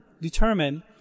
determine